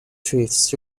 truths